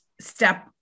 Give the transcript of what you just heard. step